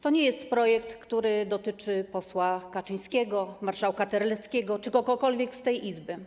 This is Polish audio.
To nie jest projekt, który dotyczy posła Kaczyńskiego, marszałka Terleckiego czy kogokolwiek z tej Izby.